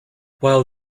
while